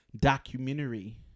documentary